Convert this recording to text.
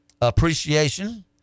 appreciation